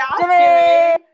Jimmy